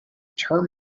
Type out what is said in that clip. term